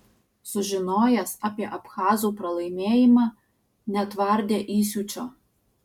sužinojęs apie abchazų pralaimėjimą netvardė įsiūčio